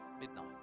midnight